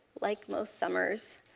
like most summers,